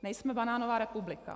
Nejsme banánová republika.